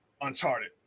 Uncharted